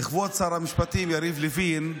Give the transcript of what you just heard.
כבוד שר המשפטים יריב לוין,